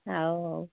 ଆଉ